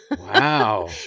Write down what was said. Wow